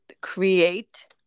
create